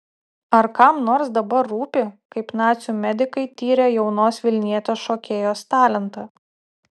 ar kam nors dabar rūpi kaip nacių medikai tyrė jaunos vilnietės šokėjos talentą